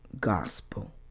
gospel